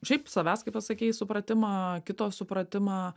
šiaip savęs kaip pasakei supratimą kito supratimą